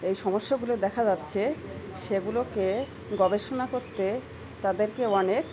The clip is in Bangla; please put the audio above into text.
এই সমস্যাগুলো দেখা যাচ্ছে সেগুলোকে গবেষণা করতে তাদেরকে অনেক